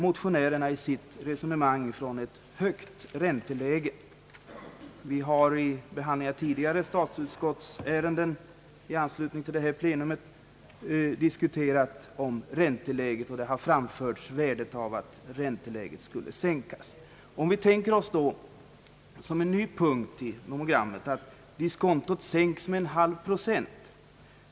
Motionärerna utgår i sitt resonemang från ett högt ränteläge. Vi har vid behandlingen tidigare av statsutskottsärenden denna vecka diskuterat ränteläget, och det har framförts värdet av att räntan sänks. Som en ny punkt i nomogrammet kan vi därför tänka oss diskontot sänkt med en halv procent.